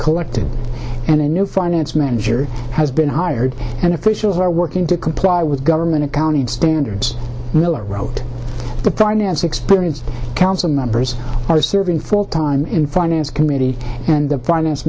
collected and a new finance manager has been hired and officials are working to comply with government accounting standards miller wrote the finance experience council members are serving full time in finance committee and the finance